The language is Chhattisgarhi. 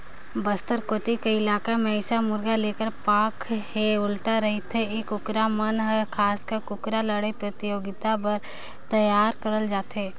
बस्तर कोती कर इलाका म अइसन मुरगा लेखर पांख ह उल्टा रहिथे ए कुकरा मन हर खासकर कुकरा लड़ई परतियोगिता बर तइयार करल जाथे